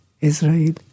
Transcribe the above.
Israel